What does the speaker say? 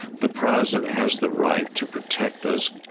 the president has the right to protect those